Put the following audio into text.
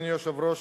אדוני היושב-ראש,